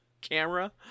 camera